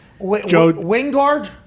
Wingard